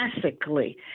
classically